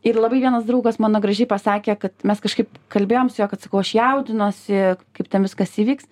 ir labai vienas draugas mano gražiai pasakė kad mes kažkaip kalbėjom su juo kad sakau aš jaudinuosi kaip ten viskas įvyks